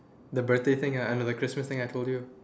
the birthday thing ah eh no the Christmas thing I told you